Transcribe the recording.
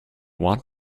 want